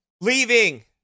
leaving